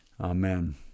Amen